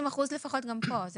זה 50% לפחות גם פה.